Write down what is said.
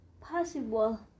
possible